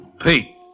Pete